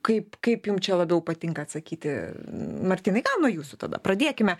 kaip kaip jum čia labiau patinka atsakyti martynai gal nuo jūsų tada pradėkime